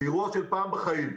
זה אירוע של פעם בחיים.